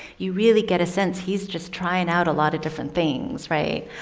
you really get a sense he's just trying out a lot of different things, right?